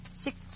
six